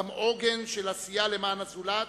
גם עוגן של עשייה למען הזולת,